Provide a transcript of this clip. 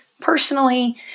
Personally